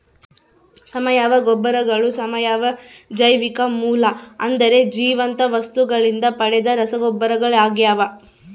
ಸಾವಯವ ಗೊಬ್ಬರಗಳು ಸಾವಯವ ಜೈವಿಕ ಮೂಲ ಅಂದರೆ ಜೀವಂತ ವಸ್ತುಗಳಿಂದ ಪಡೆದ ರಸಗೊಬ್ಬರಗಳಾಗ್ಯವ